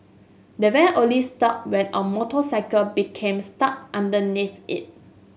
the van only stopped when a motorcycle became stuck underneath it